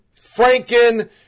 Franken